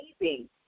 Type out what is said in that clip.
amazing